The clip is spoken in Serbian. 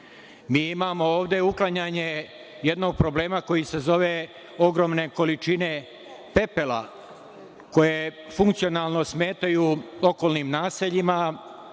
Mi imamo ovde uklanjanje jednog problema koji se zove ogromne količine pepela, a koje funkcionalno smetaju okolnim naseljima,